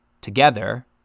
together